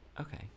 okay